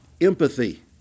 empathy